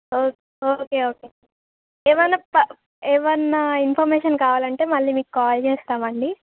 ఓ okay okay ఏమైనా ప ఏమైనా ఇన్ఫర్మేషన్ కావాలంటే మళ్ళీ మీకు కాల్ చేస్తామండి